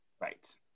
Right